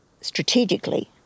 strategically